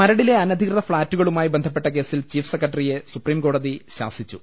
മരടിലെ അനധികൃത ഫ്ളാറ്റുകളുമായി ബന്ധപ്പെട്ട കേസിൽ ചീഫ് സെക്രട്ടറിയെ സുപ്രീംകോടതി ശാസിച്ചു